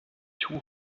two